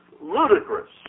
ludicrous